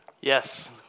Yes